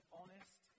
honest